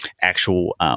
actual –